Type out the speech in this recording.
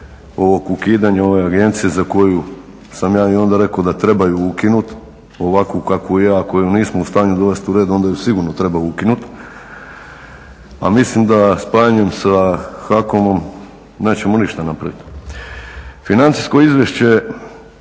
o ukidanju ove agencije za koju sam ja i onda rekao da treba ju ukinuti, ovakvu kakvu, ako ju nismo u stanju dovesti u red, onda ju sigurno treba ukinuti, a mislim da spajanjem sa Hakomom nećemo ništa napraviti. Financijsko izvješće